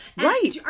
Right